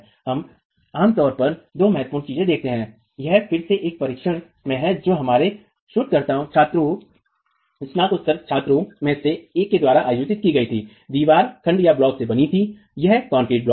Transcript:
हम आम तौर पर दो महत्वपूर्ण चीजें देखते हैं यह फिर से एक परीक्षण है जो हमारे स्नातकोत्तर छात्रों में से एक के द्वारा आयोजित की गई थी दीवार खंडब्लॉकों से बनी थी यह कंक्रीट ब्लॉक था